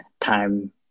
time